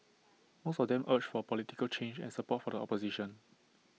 most of them urged for political change and support for the opposition